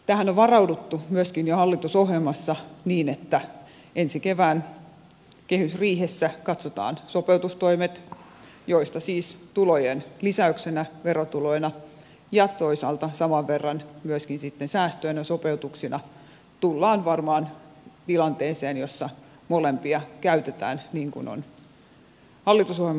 tähän on varauduttu myöskin jo hallitusohjelmassa niin että ensi kevään kehysriihessä katsotaan sopeutustoimet joista siis tulojen lisäyksenä verotuloina ja toisaalta saman verran myöskin sitten säästöinä sopeutuksina tullaan varmaan tilanteeseen jossa molempia käytetään niin kuin on hallitusohjelmaan kirjattu